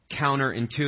counterintuitive